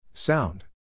Sound